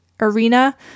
arena